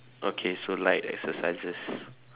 okay so light exercises